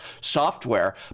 software